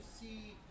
see